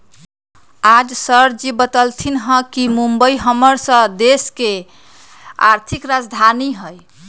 आज सरजी बतलथिन ह कि मुंबई हम्मर स के देश के आर्थिक राजधानी हई